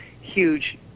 huge